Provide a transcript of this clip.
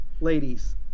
Ladies